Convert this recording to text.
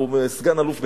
הוא סגן-אלוף בצה"ל,